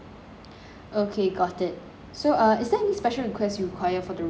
okay got it so uh is there any special requests you required for the rooms